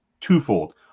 twofold